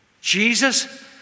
Jesus